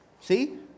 See